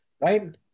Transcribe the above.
right